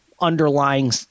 underlying